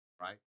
right